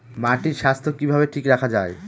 মাটির স্বাস্থ্য কিভাবে ঠিক রাখা যায়?